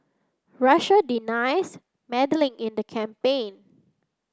Russia denies meddling in the campaign